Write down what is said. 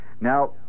Now